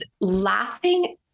laughing